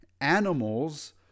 animals